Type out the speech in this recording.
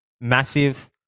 Massive